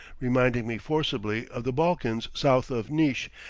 reminding me forcibly of the balkans south of nisch,